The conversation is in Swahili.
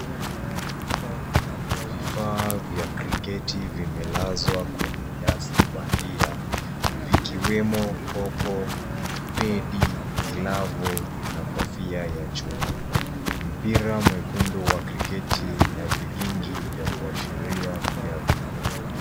Vifaa vya kriketi vimelazwa kwenye nyasi bandia vikiwemo popo, pedi, glavu na kofia ya chuma. Mpira mwekundu wa kriketi na vikingi vya kuashiria pia vipo.